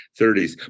30s